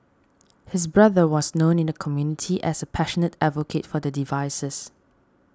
his brother was known in the community as a passionate advocate for the devices